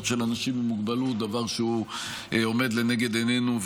של אנשים עם מוגבלות דבר שעומד לנגד עינינו,